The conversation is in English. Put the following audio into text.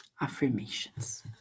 affirmations